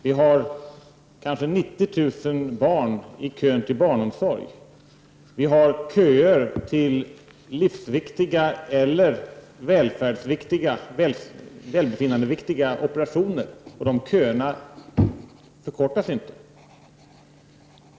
Vi har kanske 90 000 barn i kön till barnomsorg. Vi har köer till livsviktiga eller välbefinnandeviktiga operationer, och de köerna förkortas inte.